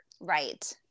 Right